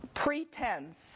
Pretense